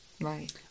Right